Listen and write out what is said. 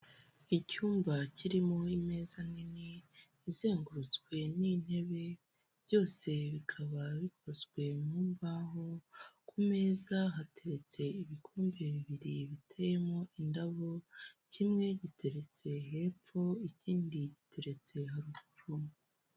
Icyumba kirimo imeza nini izengurutswe n'intebe byose bikaba bikozwe mu mbahoho ku meza hateretse ibikombe bibiri biteyemo indabo kimwe giteretse hepfo ikindi giteretse haruguru.